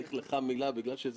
איתן,